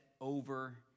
over